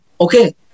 okay